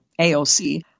AOC